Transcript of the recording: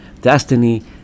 destiny